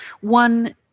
one